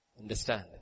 Understand